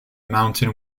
mountain